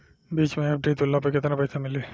बीच मे एफ.डी तुड़ला पर केतना पईसा मिली?